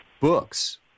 books